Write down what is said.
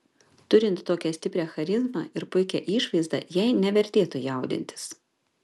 turint tokią stiprią charizmą ir puikią išvaizdą jai nevertėtų jaudintis